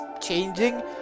changing